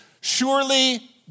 Surely